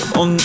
on